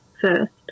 first